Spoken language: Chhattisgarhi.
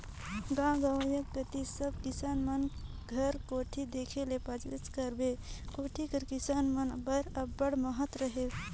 गाव गंवई कती सब किसान मन घर कोठी देखे ले पाबेच करबे, कोठी कर किसान मन बर अब्बड़ महत रहेल